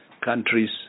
countries